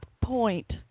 point